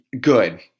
good